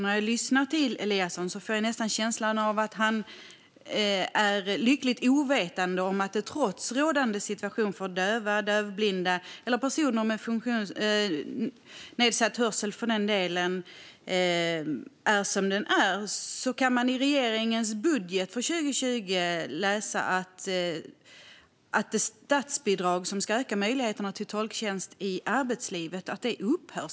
När jag lyssnar på Eliasson får jag nästan känslan av att han är lyckligt ovetande om den rådande situationen för döva, dövblinda och för den delen även personer med nedsatt hörsel. Man kan i regeringens budget för 2020 läsa att det statsbidrag som ska öka möjligheterna till tolktjänst i arbetslivet upphör.